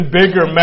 bigger